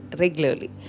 regularly